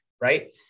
right